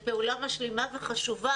זאת פעולה משלימה וחשובה,